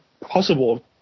possible